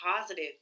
positive